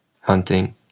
hunting